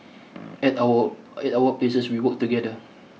at our at our places we work together